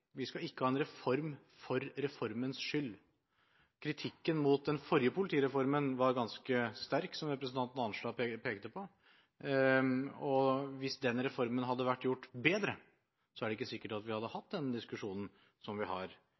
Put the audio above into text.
Vi skal ikke ha en reform for reformens skyld. Kritikken mot den forrige politireformen var ganske sterk, som representanten Arnstad pekte på. Hvis den reformen hadde vært gjort bedre, er det ikke sikkert at vi hadde hatt den diskusjonen som vi har